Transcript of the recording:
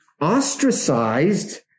ostracized